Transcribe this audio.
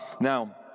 Now